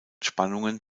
spannungen